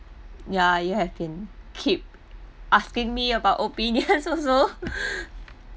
ya you have been keep asking me about opinions also